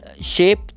shape